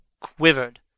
quivered